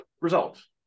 results